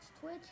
Twitch